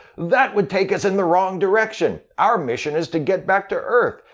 that would take us in the wrong direction! our mission is to get back to earth,